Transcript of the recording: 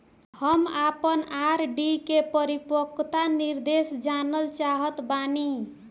हम आपन आर.डी के परिपक्वता निर्देश जानल चाहत बानी